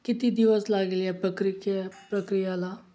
किती दिवस लागेल या प्रक्रिके प्रक्रियेला